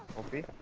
of the